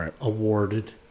awarded